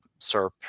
SERP